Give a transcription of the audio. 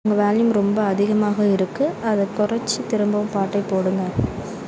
உங்கள் வேல்யூம் ரொம்ப அதிகமாக இருக்குது அதை கொறைச்சி திரும்பவும் பாட்டைப் போடுங்கள்